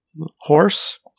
horse